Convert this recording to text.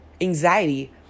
anxiety